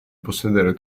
possedere